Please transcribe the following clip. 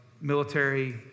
military